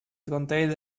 contained